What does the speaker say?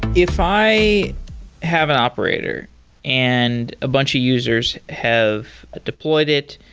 if i have an operator and a bunch of users have deployed it